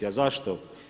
A zašto?